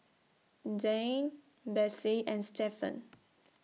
Dayne Bessie and Stefan